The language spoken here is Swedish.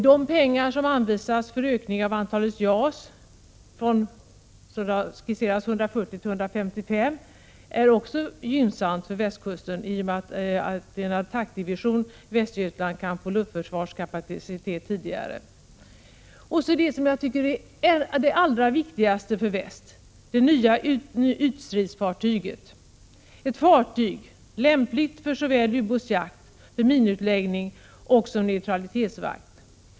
De pengar som anvisas för ökning av antalet JAS-plan — det har skisserats en ökning från 140 till 155 — är också något som är gynnsamt för västkusten i och med att en attackdivision i Västergötland kan få luftförsvarskapacitet tidigare. Och så till det som jag tycker är det allra viktigaste för Västsverige —det nya ytstridsfartyget. Det är ett fartyg som är lämpligt för ubåtsjakt, för minutläggning och som neutralitetsvakt.